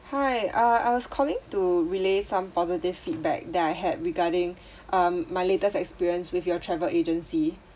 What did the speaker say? hi uh I was calling to relay some positive feedback that I had regarding um my latest experience with your travel agency